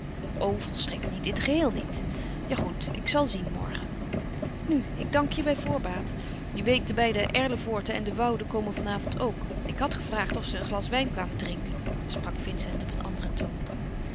o volstrekt niet in het geheel niet ja goed ik zal zien morgen nu ik dank je bij voorbaat je weet de beide erlevoorten en de woude komen van avond ook ik had gevraagd of ze een glas wijn kwamen drinken sprak vincent op een anderen toon